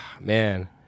man